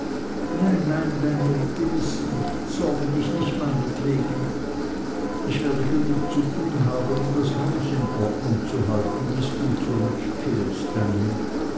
nein nein danl gewiß nicht sorge dich nicht meinetwegen ich werde genug zu tun haben um das haus in ordnung zu halten bis du zurückkehrst